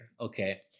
Okay